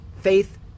faith